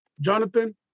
Jonathan